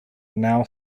now